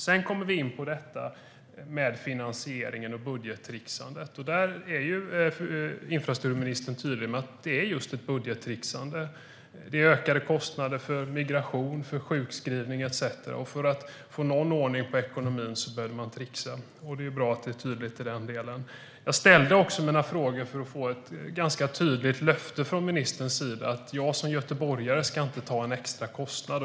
Sedan kommer vi in på finansieringen och budgettrixandet. Där är infrastrukturministern tydlig med att det är just ett budgettrixande. Det är ökade kostnader för migration, sjukskrivning etcetera. För att få någon ordning på ekonomin behövde man trixa. Det är bra att det är tydligt i den delen. Jag ställde också mina frågor för att få ett ganska tydligt löfte från ministerns sida om att jag som göteborgare inte ska ta en extra kostnad.